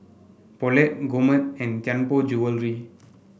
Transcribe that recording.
Poulet Gourmet and Tianpo Jewellery